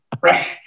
Right